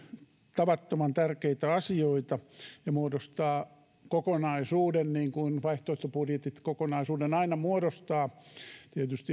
tavattoman tärkeitä asioita ne muodostavat kokonaisuuden niin kuin vaihtoehtobudjetit aina muodostavat kokonaisuuden tietysti